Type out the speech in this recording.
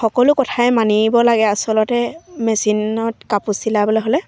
সকলো কথাই মানিব লাগে আচলতে মেচিনত কাপোৰ চিলাবলৈ হ'লে